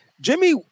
Jimmy